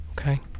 Okay